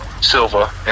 Silva